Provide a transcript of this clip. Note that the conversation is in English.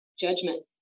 judgment